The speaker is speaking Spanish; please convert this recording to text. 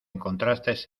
encontraste